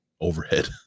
overhead